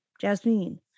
Jasmine